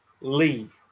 leave